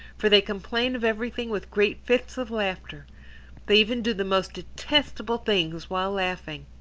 for they complain of everything with great fits of laughter they even do the most detestable things while laughing.